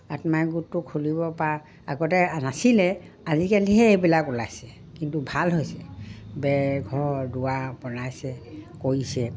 আত্মসহায়ক গোটটো খুলিবৰপৰা আগতে নাছিলে আজিকালিহে এইবিলাক ওলাইছে কিন্তু ভাল হৈছে বেৰ ঘৰ দুৱাৰ বনাইছে কৰিছে